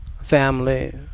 family